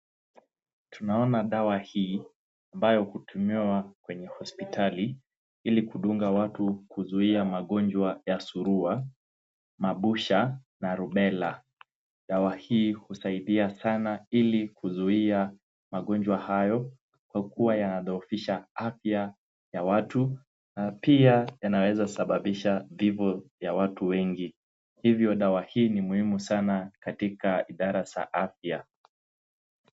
Tunaona dawa hii ambayo hutumiwa kwenye hospitali ili kudunga watu kuzuia magonjwa ya surua, mabusha na rubela. Dawa hii husaidia sana ili kuzuia magonjwa hayo kwa kuwa yanadhohofisha afya ya watu na pia yanaweza sababisha vifo vya watu wengi. Kwa hivyo dawa hii ni muhimu sana katika idara za afya.